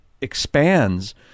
expands